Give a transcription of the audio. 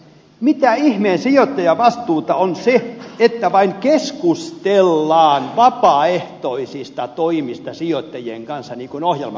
mitä ihmeen sijoittajavastuuta on se että vain keskustellaan vapaaehtoisista toimista sijoittajien kanssa niin kuin ohjelmasta luette